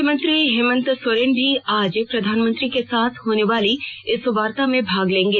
मुख्यमंत्री हेमंत सोरेन भी आज प्रधानमंत्री के साथ होने वाली इस वार्ता में भाग लेंगे